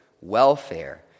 welfare